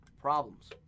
problems